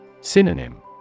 Synonym